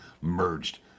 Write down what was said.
merged